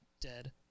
dead